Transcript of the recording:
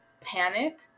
panic